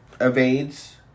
Evades